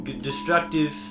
destructive